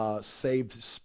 saved